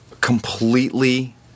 completely